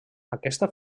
aquesta